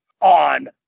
on